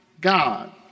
God